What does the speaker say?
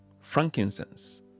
frankincense